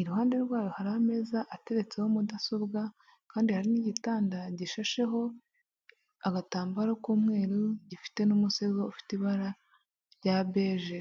iruhande rwayo hari ameza ateretseho mudasobwa kandi hari n'igitanda gishasheho agatambaro k'umweru gifite n'umusego ufite ibara rya beje.